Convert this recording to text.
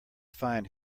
find